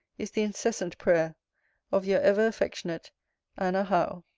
is the incessant prayer of your ever affectionate anna howe.